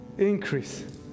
Increase